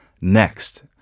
next